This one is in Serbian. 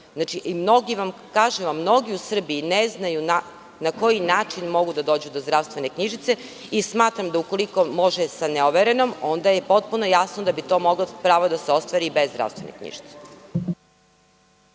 neće odnositi? Mnogi u Srbiji ne znaju na koji način mogu da dođu do zdravstvene knjižice i smatram da ukoliko se može sa neoverenom, onda je potpuno jasno da bi to pravo moglo da se ostvari i bez zdravstvene knjižice.